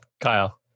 Kyle